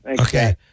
Okay